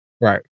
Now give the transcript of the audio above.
Right